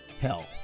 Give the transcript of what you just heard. Hell